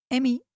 Emmy